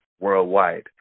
worldwide